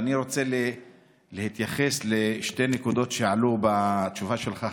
אני רוצה להתייחס לשתי נקודות שעלו בתשובה שלך,